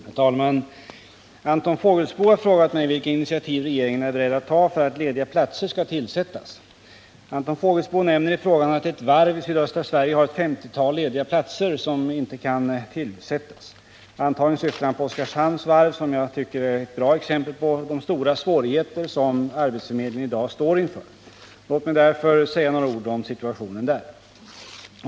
Herr talman! Anton Fågelsbo har frågat mig vilka initiativ regeringen är beredd att ta för att lediga platser skall tillsättas. Anton Fågelsbo nämner i frågan att ett varv i sydöstra Sverige har ett 50-tal lediga platser som inte kan tillsättas. Antagligen syftar han på Oskarshamns varv, som jag tycker är ett bra exempel på de stora svårigheter som arbetsförmedlingen i dag står inför. Låt mig därför säga några ord om situationen där.